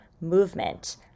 movement